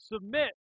submit